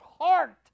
heart